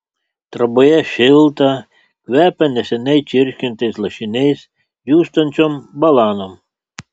troboje šilta kvepia neseniai čirškintais lašiniais džiūstančiom balanom